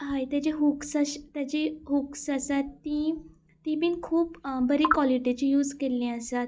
मागीर तेजी हूक्स तेजी हुक्स आसात ती ती बी खूब बरी क्वॉलिटीची यूज केल्ली आसात